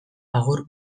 agur